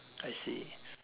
I see